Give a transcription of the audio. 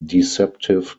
deceptive